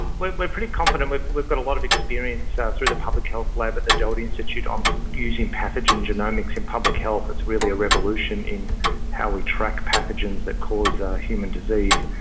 like we're pretty confident, we've we've got a lot of experience yeah through the public health lab at the doherty institute on using pathogen genomics in public health, it's really a revolution in how we track pathogens that cause human disease.